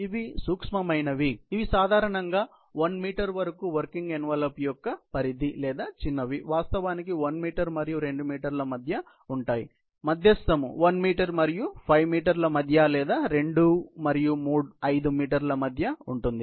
ఇవి సూక్ష్మమైనవి ఇవి సాధారణంగా 1 మీటర్ వరకు వర్కింగ్ ఎన్వలప్ యొక్క పరిధి లేదా చిన్నవి వాస్తవానికి 1 మరియు 2 మీటర్ల మధ్య ఉంటాయి మధ్యస్థం 1 మరియు 5 మీటర్ల మధ్య లేదా 2 మరియు 5 మీటర్ల మధ్య ఉంటుంది